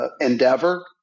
endeavor